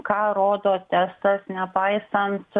ką rodo testas nepaisant